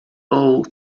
all